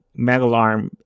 Megalarm